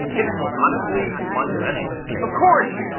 it's honestly fundamental. of course!